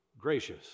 gracious